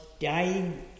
dying